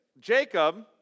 Jacob